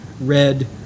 Red